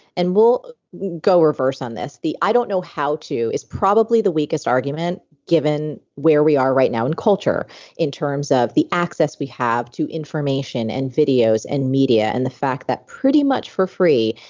and we'll go reverse on this. the i don't know how to is probably the weakest argument given where we are right now in the culture in terms of the access we have to information and videos and media and the fact that pretty much for free,